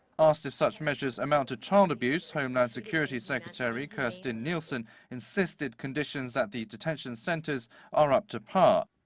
asked if such measures amount to child abuse, homeland security secretary kirstjen nielsen insisted conditions at the detention centers are up to par.